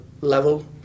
level